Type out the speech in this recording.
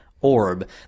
Orb